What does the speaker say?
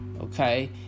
okay